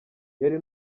yari